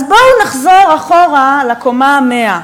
אז בואו נחזור לקומה ה-100,